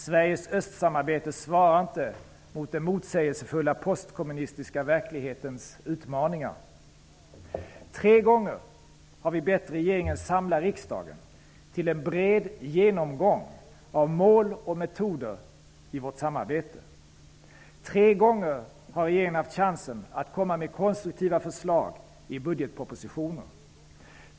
Sveriges östsamarbete svarar inte mot den motsägelsefulla postkommunistiska verklighetens utmaningar. Tre gånger har vi bett regeringen samla riksdagen till en bred genomgång av mål och metoder i vårt samarbete. Tre gånger har regeringen haft chansen att komma med konstruktiva förslag i budgetpropositioner.